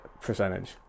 percentage